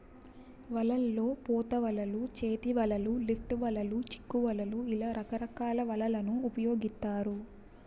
వలల్లో పోత వలలు, చేతి వలలు, లిఫ్ట్ వలలు, చిక్కు వలలు ఇలా రకరకాల వలలను ఉపయోగిత్తారు